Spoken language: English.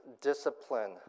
discipline